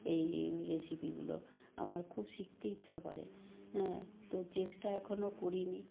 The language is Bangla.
এই রেসিপিগুলো আমার খুব শিখতে ইচ্ছা করে হ্যাঁ তো চেষ্টা এখনো করি নি